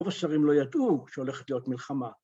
‫רוב השרים לא ידעו ‫שהולכת להיות מלחמה.